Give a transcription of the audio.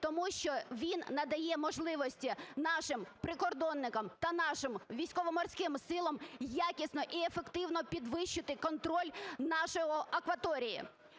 тому що він надає можливості нашим прикордонникам та нашим Військово-Морським силам якісно і ефективно підвищити контроль нашої акваторії.